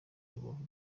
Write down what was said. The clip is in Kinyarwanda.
rubavu